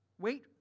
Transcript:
Wait